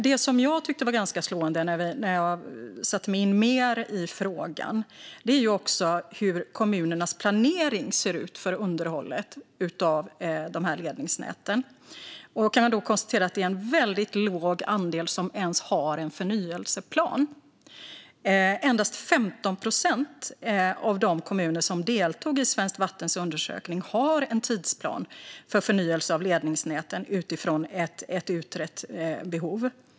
Det som jag tyckte var ganska slående när jag satte mig in mer i frågan är hur kommunernas planering för underhåll av de här ledningsnäten ser ut. Man kan konstatera att det är en väldigt låg andel av kommunerna som ens har en förnyelseplan. Endast 15 procent av de kommuner som deltog i Svenskt Vattens undersökning har en tidsplan för förnyelse av ledningsnäten utifrån ett utrett behov.